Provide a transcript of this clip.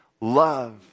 love